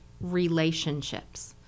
relationships